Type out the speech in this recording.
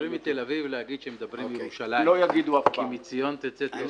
יכולים מתל אביב להגיד שמדברים מירושלים: "כי מציון תצא תורה".